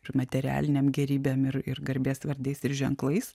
ir materialinėm gėrybėm ir ir garbės vardais ir ženklais